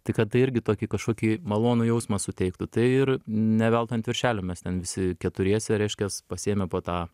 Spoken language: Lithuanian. tai kad tai irgi tokį kažkokį malonų jausmą suteiktų tai ir ne veltui ant viršelio mes ten visi keturiese reiškias pasiėmę po tą